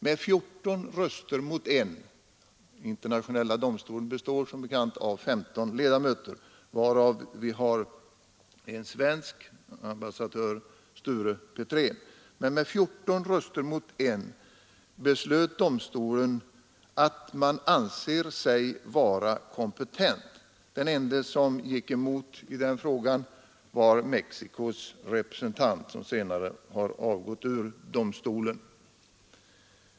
Med 14 röster mot 1 — Internationella domstolen består som bekant av 15 ledamöter, varav en svensk, ambassadör Sture Petrén — beslöt domstolen uttala att den anser sig vara kompetent i ärendet. Den enda som gick emot beslutet var Mexicos representant, som senare har avgått ur domstolen.